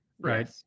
right